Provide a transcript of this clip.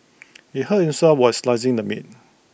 he hurt himself while slicing the meat